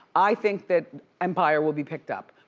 i think that empire will be picked up.